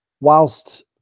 whilst